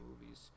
movies